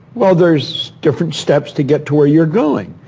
well there's different steps to get to where you're going.